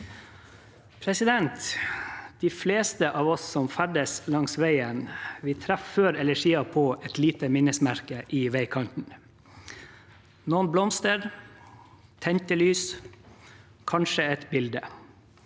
De fleste av oss som ferdes langs veien, treffer før eller siden på et lite minnesmerke i veikanten, noen blomster, tente lys, kanskje et bilde